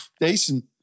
Decent